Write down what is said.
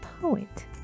poet